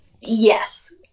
Yes